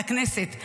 לכנסת,